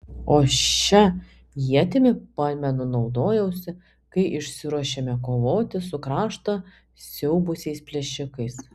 o šia ietimi pamenu naudojausi kai išsiruošėme kovoti su kraštą siaubusiais plėšikais